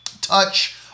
Touch